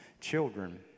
children